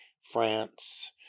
France